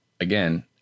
again